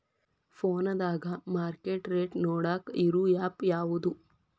ಫೋನದಾಗ market rate ನೋಡಾಕ್ ಇರು ಆ್ಯಪ್ ಯಾವದು?